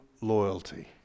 loyalty